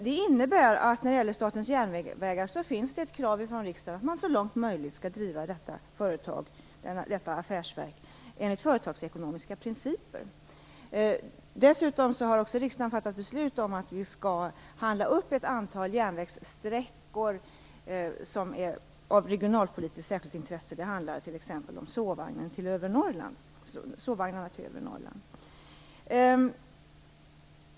Det innebär att det finns ett krav från Sveriges riksdag att företaget eller affärsverket Statens järnvägar så långt som möjligt skall drivas enligt företagsekonomiska principer. Dessutom har riksdagen fattat beslut om att vi skall handla upp ett antal järnvägssträckor som är av regionalpolitiskt särskilt intresse. Det handlar t.ex. om sovvagnarna till övre Norrland.